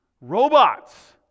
Robots